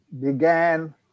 began